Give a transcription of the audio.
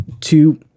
two